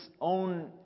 own